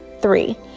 Three